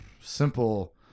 simple